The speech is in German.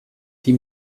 die